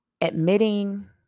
admitting